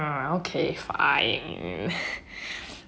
okay fine